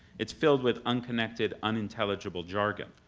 it's filled with unconnected, unintelligible jargon.